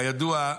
כידוע,